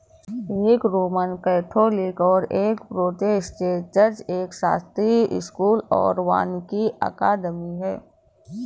एक Roman Catholic और एक प्रोटेस्टेंट चर्च, एक शास्त्रीय स्कूल और वानिकी अकादमी है